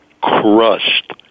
crushed